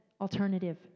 Alternative